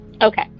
okay